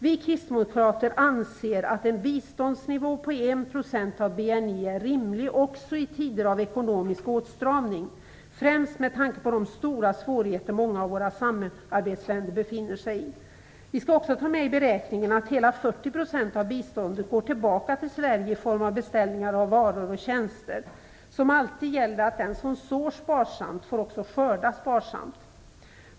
Vi kristdemokrater anser att en biståndsnivå på en procent av BNI är rimlig också i tider av ekonomisk åtstramning, främst med tanke på de stora svårigheter många av våra samarbetsländer befinner sig i. Vi skall också ta med i beräkningen att hela 40 % av biståndet går tillbaka till Sverige i form av beställningar av varor och tjänster. Som alltid gäller att den som sår sparsamt också får skörda sparsamt.